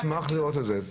נשמח לראות את זה.